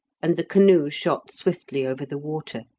and the canoe shot swiftly over the water.